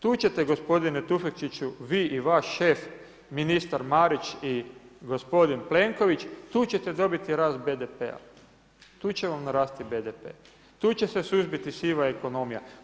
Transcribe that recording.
Tu ćete gospodine Tufekčiću vi i vaš šef ministar Marić i gospodin Plenković, tu ćete dobiti rast BDP-a, tu će vam narasti BDP, tu će se suzbiti siva ekonomija.